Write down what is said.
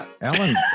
Alan